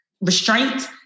restraint